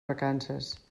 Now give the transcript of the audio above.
vacances